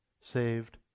saved